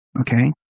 okay